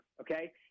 okay